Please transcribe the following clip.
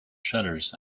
shutters